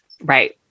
Right